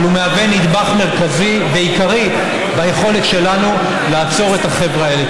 אבל הוא מהווה נדבך מרכזי ועיקרי ביכולת שלנו לעצור את החבר'ה האלה.